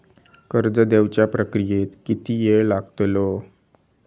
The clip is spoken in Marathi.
कर्ज देवच्या प्रक्रियेत किती येळ लागतलो?